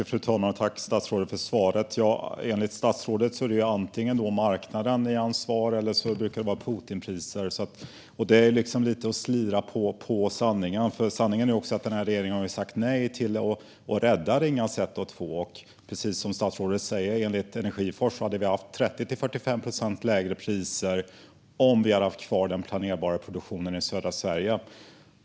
Fru talman! Tack, statsrådet, för svaret! Enligt statsrådet beror priserna antingen på marknaden, eller så handlar det om Putinpriser. Detta är lite att slira på sanningen. Sanningen är att regeringen har sagt nej till att rädda Ringhals 1 och 2. Precis som statsrådet tar upp menar Energiforsk att vi hade haft 30-45 procent lägre priser om vi hade haft kvar den planerbara produktionen i södra Sverige.